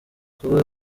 kuba